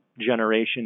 generation